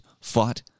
fought